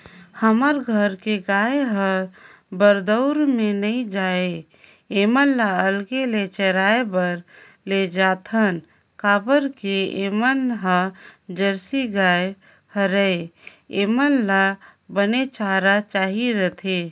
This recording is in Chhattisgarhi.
हमर घर के गाय हर बरदउर में नइ जाये ऐमन ल अलगे ले चराए बर लेजाथन काबर के ऐमन ह जरसी गाय हरय ऐेमन ल बने चारा चाही रहिथे